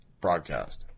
broadcast